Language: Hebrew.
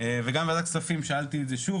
וגם בוועדת הכספים שאלתי את זה שוב,